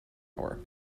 ore